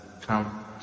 come